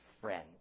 friend